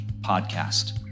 Podcast